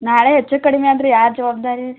ನಾಳೆ ಹೆಚ್ಚು ಕಡಿಮೆ ಆದರೆ ಯಾರು ಜವಾಬ್ದಾರಿ ರೀ